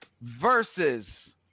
versus